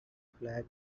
flag